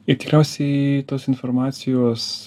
ir tikriausiai tos informacijos